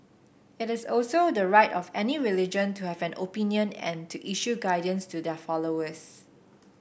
it is also the right of any religion to have an opinion and to issue guidance to their followers